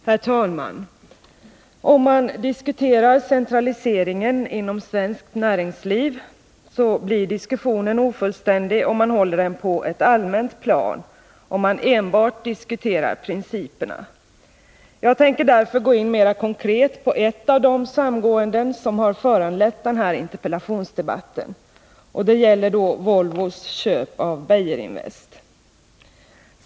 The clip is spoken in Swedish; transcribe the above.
Herr talman! En diskussion om centraliseringen inom svenskt näringsliv blir ofullständig om man håller den på ett allmänt plan, om man enbart diskuterar principerna. Jag tänker därför gå in mera konkret på ett av de samgåenden som har föranlett den här interpellationsdebatten. Det gäller Volvos köp av Beijerinvest.